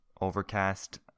Overcast